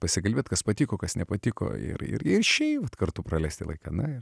pasikalbėt kas patiko kas nepatiko ir ir išėjau kartu praleisti laiką na